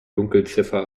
dunkelziffer